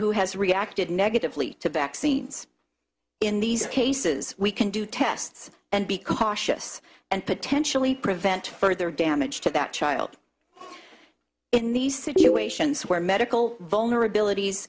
who has reacted negatively to vaccines in these cases we can do tests and be cautious and potentially prevent further damage to that child in these situations where medical vulnerabilities